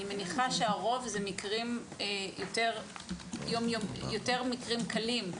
אני מניחה שהרוב זה יותר מקרים קלים,